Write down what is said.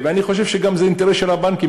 אני חושב שזה גם אינטרס של הבנקים,